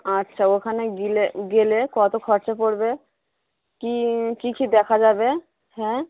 আচ্ছা ওখানে গেলে গেলে কত খরচা পড়বে কী কী কী দেখা যাবে হ্যাঁ